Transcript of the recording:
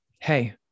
hey